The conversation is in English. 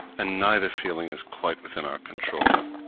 and neither feeling is quite within our control.